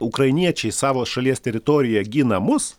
ukrainiečiai savo šalies teritorijoje gina mus